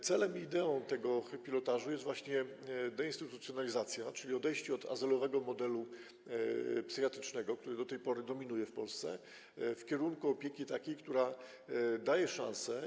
Celem i ideą tego pilotażu jest właśnie deinstytucjonalizacja, czyli odejście od azylowego modelu psychiatrycznego, który do tej pory dominuje w Polsce, w kierunku takiej opieki, która daje szanse.